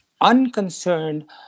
unconcerned